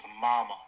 mama